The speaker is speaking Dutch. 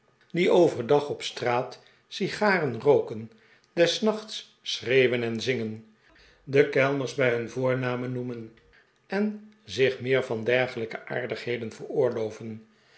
die over dag op straat sigaren rooken des nachts schreeuwen en zingen de kellners bij hun voornamen noemen en zich meer van dergelijke aardigheden veroorloven